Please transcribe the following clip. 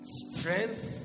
strength